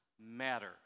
matter